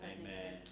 amen